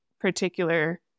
particular